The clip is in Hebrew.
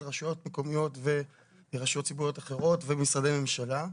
רשויות מקומיות ורשויות ציבוריות אחרות ומשרדי ממשלה.